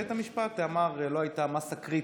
ובית המשפט אמר: לא הייתה מאסה קריטית.